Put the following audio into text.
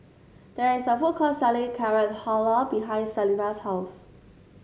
there is a food court selling Carrot Halwa behind Salena's house